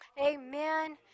amen